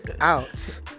out